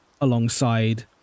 alongside